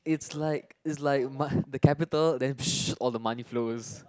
it's like it's like ma~ the capital then all the money flows